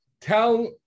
tell